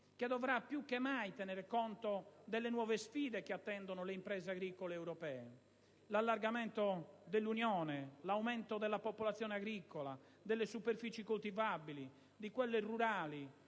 che dovrà più che mai tenere conto delle nuove sfide che attendono le imprese agricole europee. L'allargamento dell'Unione, l'aumento della popolazione agricola, delle superfici coltivabili, di quelle rurali,